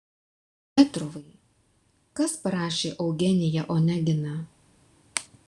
petrovai kas parašė eugeniją oneginą